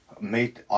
made